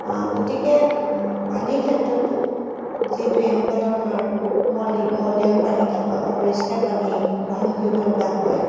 গতিকে পানীৰ ক্ষেত্ৰতো যিহেতু এনেকুৱা ধৰণৰ মলি মলিয়ন পানী খাব অপৰিস্কাৰ পানী গ্ৰহণ কৰিবলগা হয়